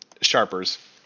Sharpers